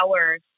hours